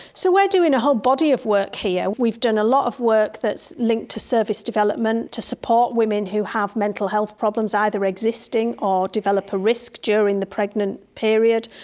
so we are doing a whole body of work here. we've done a lot of work that is linked to service development to support women who have mental health problems, either existing, or develop a risk during the pregnant period.